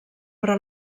però